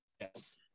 Yes